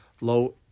Low